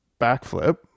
backflip